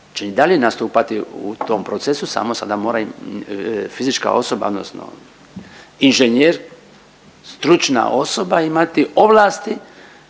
i dalje nastupati u tom procesu, samo sada mora fizička osoba, odnosno inženjer, stručna osoba imati ovlasti